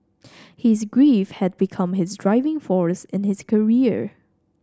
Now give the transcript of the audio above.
his grief had become his driving force in his career